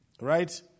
right